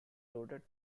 loaded